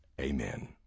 Amen